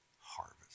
harvest